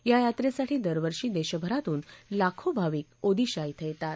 या यात्रेसाठी दरवर्षी देशभरातून लाखो भाविक ओदिशा धिं येतात